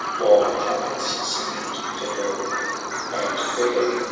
while trumpets seemed to blow and there,